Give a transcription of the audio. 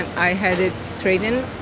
i had it straightened.